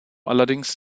allerdings